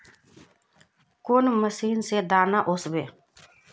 कौन मशीन से दाना ओसबे?